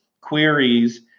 queries